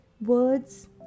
words